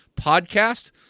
Podcast